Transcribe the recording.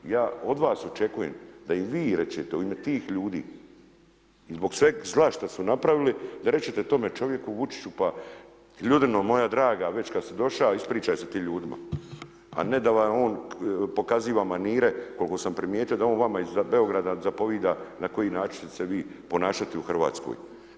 Ja od vas očekujem da im vi rečete u ime tih ljudi i zbog sveg zla što su napravili, da rečete tome čovjeku Vučiću, pa ljudino moja draga već kad si doša ispričaj se tim ljudima, a ne da vam on pokaziva manire, koliko sam primijetio, da on vama iz Beograda zapovida na koji način ćete se vi ponašati u Hrvatskoj.